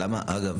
אגב,